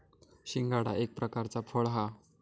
शिंगाडा एक प्रकारचा फळ हा